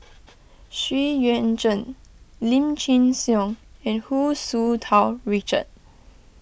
Xu Yuan Zhen Lim Chin Siong and Hu Tsu Tau Richard